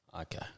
Okay